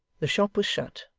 the shop was shut.